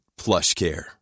PlushCare